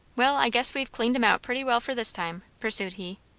well, i guess we've cleaned em out pretty well for this time, pursued he.